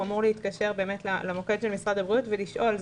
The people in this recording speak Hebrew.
אמור להתקשר למוקד של משרד הבריאות ולשאול.